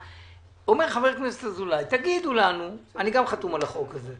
אומר חבר הכנסת אזולאי אני גם חתום על החוק הזה,